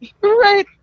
Right